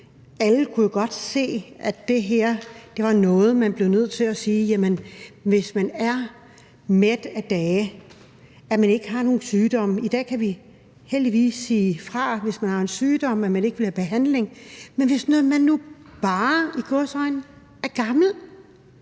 Alle kunne jo godt se, at det her var noget, som man blev nødt til at se på, hvis nogen er mæt af dage, og selv om de ikke har nogen sygdomme. I dag kan man heldigvis sige fra, hvis man har en sygdom, altså at man ikke vil have behandling, men hvis man nu bare – i gåseøjne – er gammel